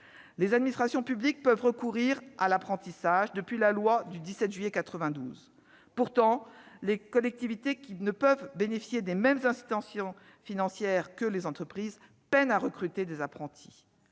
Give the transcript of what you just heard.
Les administrations publiques peuvent recourir à l'apprentissage depuis la loi du 17 juillet 1992. Pourtant, les collectivités, qui ne peuvent bénéficier des incitations financières prévues pour les entreprises, peinent à recruter des apprentis.